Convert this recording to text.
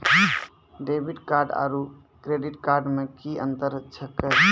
Debit card आरू credit card मे कि अन्तर छैक?